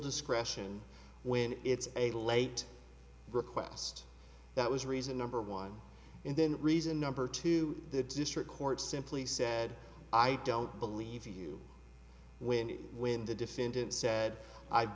discretion when it's a late request that was reason number one and then reason number two the district court simply said i don't believe you when you when the defendant said i've